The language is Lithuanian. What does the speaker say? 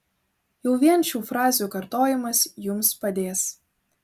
jau vien šių frazių kartojimas jums padės